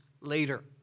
later